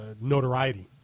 notoriety